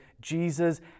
Jesus